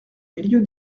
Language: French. milieu